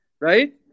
right